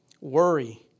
worry